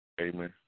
Amen